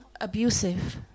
abusive